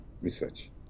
research